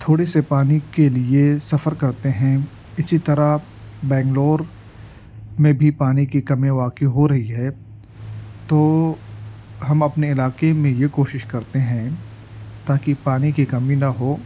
تھوڑے سے پانی کے لیے سفر کرتے ہیں اسی طرح بنگلور میں بھی پانی کی کمی واقع ہو رہی ہے تو ہم اپنے علاقے میں یہ کوشش کرتے ہیں تاکہ پانی کی کمی نہ ہو